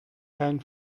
kein